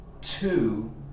Two